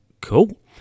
cool